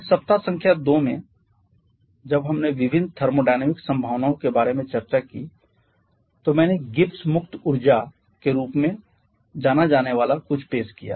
अब सप्ताह संख्या 2 में जब हमने विभिन्न थर्मोडायनामिक संभावनाओं के बारे में चर्चा की तो मैंने गिब्स मुक्त ऊर्जा के रूप में जाना जाने वाला कुछ पेश किया